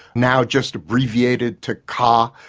now just abbreviated to k,